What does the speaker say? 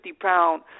pound